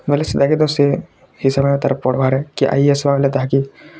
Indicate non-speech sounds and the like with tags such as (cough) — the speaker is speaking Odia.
ବଲେ ଦେଖି ତ ସେ ହେଇ ସମୟରେ ତାର୍ ପଢ଼୍ବାରେ କି ଆଇ ଏ ଏସ୍ (unintelligible) ତାହାକି